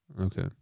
Okay